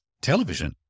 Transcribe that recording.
television